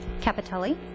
Capitelli